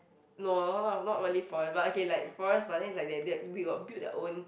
no not not not really forest but okay like forest but then it's like that that they got built their own